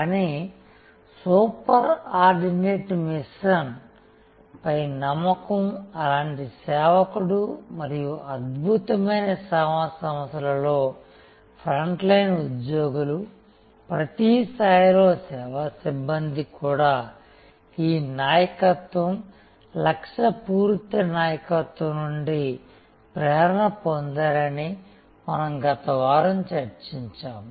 కానీ superordinate machine పై నమ్మకం అలాంటి సేవకుడు మరియు అద్భుతమైన సేవా సంస్థలలో ఫ్రంట్లైన్ ఉద్యోగులు ప్రతి స్థాయిలో సేవా సిబ్బంది కూడా ఈ నాయకత్వం లక్ష్య పూరిత నాయకత్వం నుండి ప్రేరణ పొందారని మనం గత వారం చర్చించాము